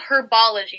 Herbology